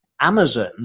amazon